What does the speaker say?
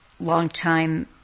longtime